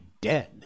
dead